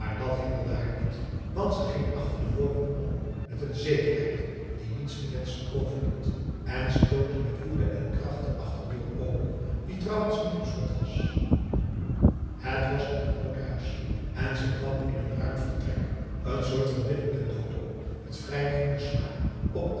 dat hinderde haar niet want ze ging achter de woning om met een zekerheid die niets te wenschen overliet en stootte met woede en kracht de achterdeur open die trouwens niet op slot was het was een groot huis en ze kwam in een ruim vertrek een soort van binnenpendopo met vrij goeden smaak op